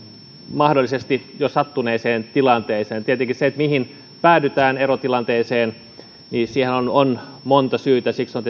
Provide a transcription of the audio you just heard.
mahdollisesti jo sattuneeseen tilanteeseen tietenkin siihen miksi päädytään erotilanteeseen on on monta syytä siksi on